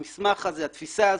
המסמך הזה, התפיסה הזאת,